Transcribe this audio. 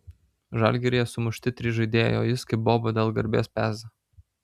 žalgiryje sumušti trys žaidėjai o jis kaip boba dėl garbės peza